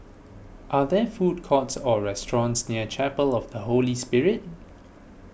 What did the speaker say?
are there food courts or restaurants near Chapel of the Holy Spirit